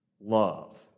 love